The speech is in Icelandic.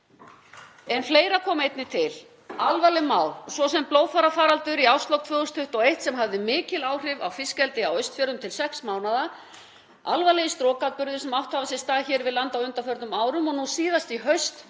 En fleira kom einnig til. Alvarleg mál, svo sem blóðþorrafaraldur í árslok 2021 sem hafði mikil áhrif á fiskeldi á Austfjörðum til sex mánaða, og alvarlegir strokatburðir sem hafa átt sér stað hér við land á undanförnum árum og nú síðast í haust